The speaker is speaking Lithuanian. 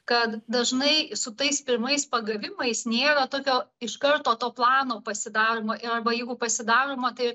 kad dažnai su tais pirmais pagavimais nėra tokio iš karto to plano pasidaroma arba jeigu pasidaroma tai